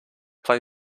play